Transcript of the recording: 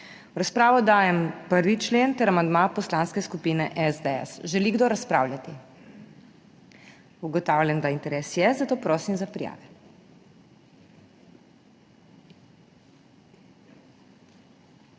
V razpravo dajem 1. člen ter amandma Poslanske skupine SDS. Želi kdo razpravljati? Ugotavljam, da interes je, zato prosim za prijave.